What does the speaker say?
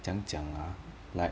怎样讲 ah like